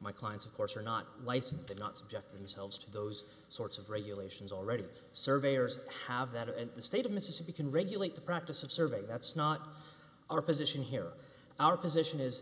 my clients of course are not licensed and not subject themselves to those sorts of regulations already surveyors have that and the state of mississippi can regulate the practice of survey that's not our position here our position is